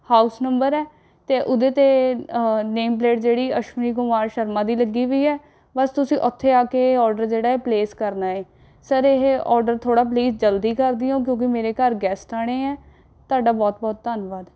house number ਹੈ ਅਤੇ ਉਹਦੇ 'ਤੇ ਨੇਮ ਪਲੇਟ ਜਿਹੜੀ ਅਸ਼ਵਨੀ ਕੁਮਾਰ ਸ਼ਰਮਾ ਦੀ ਲੱਗੀ ਵੀ ਹੈ ਬਸ ਤੁਸੀ ਉੱਥੇ ਆ ਕੇ ਔਰਡਰ ਜਿਹੜਾ ਹੈ ਪਲੇਸ ਕਰਨਾ ਹੈ ਸਰ ਇਹ ਔਰਡਰ ਥੋੜ੍ਹਾ ਪਲੀਸ ਜਲਦੀ ਕਰ ਦਿਓ ਕਿਉਂਕਿ ਮੇਰੇ ਘਰ ਗੈਸਟ ਆਉਣੇ ਹੈ ਤੁਹਾਡਾ ਬਹੁਤ ਬਹੁਤ ਧੰਨਵਾਦ